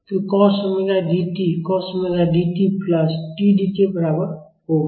तो cos omega D T cos omega Dt plus TD के बराबर होगा